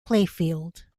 playfield